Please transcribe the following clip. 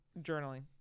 journaling